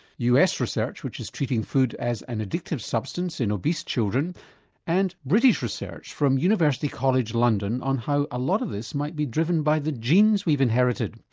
us research which is treating food as an addictive substance in obese children and british research from university college london on how a lot of this might be driven by the genes we've inherited.